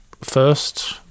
first